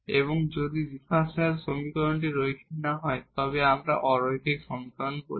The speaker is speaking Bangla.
এবং যদি ডিফারেনশিয়াল সমীকরণটি লিনিয়ার না হয় তবে আমরা নন লিনিয়ার সমীকরণ বলি